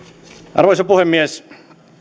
arvoisa puhemies